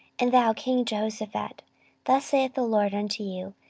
and thou king jehoshaphat, thus saith the lord unto you,